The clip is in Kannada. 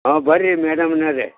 ಹಾಂ ಬರ್ರಿ ಮೇಡಮ್ನರೆ